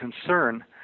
concern